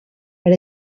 per